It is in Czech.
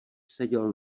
seděl